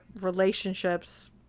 relationships